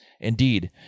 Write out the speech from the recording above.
Indeed